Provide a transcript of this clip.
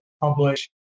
publish